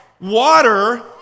water